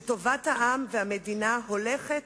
שבה טובת העם והמדינה הולכת